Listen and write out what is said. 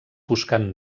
buscant